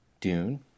Dune